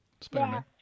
Spider-Man